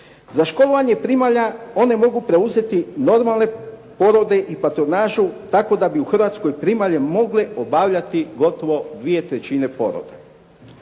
za školovanje primalja one mogu preuzeti normalne porode i patronažu tako da bi u Hrvatskoj primalje mogle obavljati gotovo 2/3 poroda,